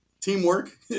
teamwork